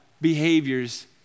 behaviors